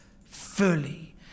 fully